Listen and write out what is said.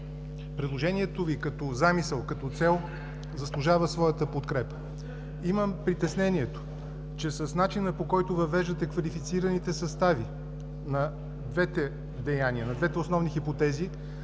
предложението Ви като замисъл, като цел заслужава своята подкрепа. Имам притеснението, че с начина, по който въвеждате квалифицираните състави на двете основни хипотези,